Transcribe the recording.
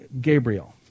Gabriel